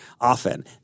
often